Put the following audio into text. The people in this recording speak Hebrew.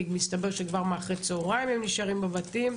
כי מסתבר שכבר מאחורי הצהריים הם נשארים בבית,